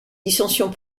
dissensions